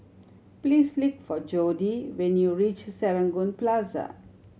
please look for Jodie when you reach Serangoon Plaza